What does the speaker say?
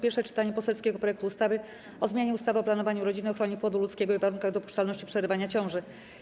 Pierwsze czytanie poselskiego projektu ustawy o zmianie ustawy o planowaniu rodziny, ochronie płodu ludzkiego i warunkach dopuszczalności przerywania ciąży.